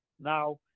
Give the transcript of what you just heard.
now